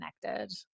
connected